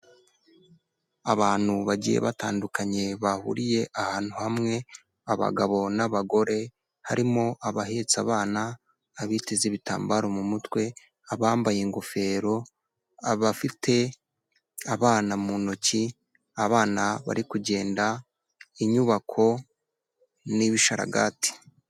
Abantu bagiye batandukanye bahuriye ahantu hamwe, abagabo n'abagore, harimo abahetse abana, abiteza ibitambaro mu mutwe, abambaye ingofero, abafite abana mu ntoki, abana bari kugenda, inyubako n'ibisharagati.